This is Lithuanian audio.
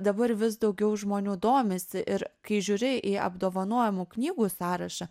dabar vis daugiau žmonių domisi ir kai žiūri į apdovanojimų knygų sąrašą